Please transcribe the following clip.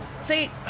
See